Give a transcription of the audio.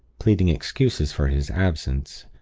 pleading excuses for his absence,